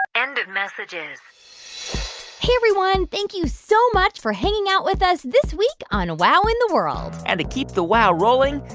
end of messages hey, everyone. thank you so much for hanging out with us this week on wow in the world and to keep the wow rolling,